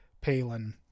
Palin